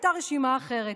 הייתה רשימה אחרת.